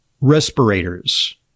respirators